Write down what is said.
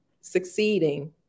succeeding